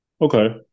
okay